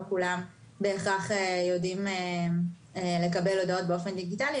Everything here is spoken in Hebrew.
כולם בהכרח יודעים לקבל הודעות באופן דיגיטלי,